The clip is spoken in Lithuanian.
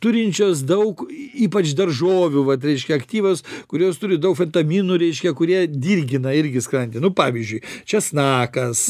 turinčios daug ypač daržovių vat reiškia aktyvios kurios turi daug vitaminų reiškia kurie dirgina irgi skandį nu pavyzdžiui česnakas